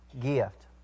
gift